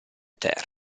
terra